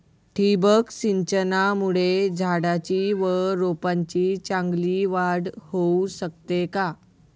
ठिबक सिंचनामुळे झाडाची व रोपांची चांगली वाढ होऊ शकते का?